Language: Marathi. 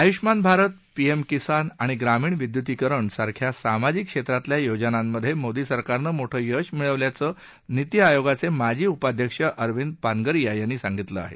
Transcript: आयुष्यमान भारत पीएम किसान आणि ग्रामीण विद्युतीकरण सारख्या सामाजिक क्षेत्रातल्या योजनांमधे मोदी सरकारनं मोठं यश मिळावल्याचं निती आयोगाचे माजी उपाध्यक्ष अरविंद पानगरिया यांनी सांगितलं आहे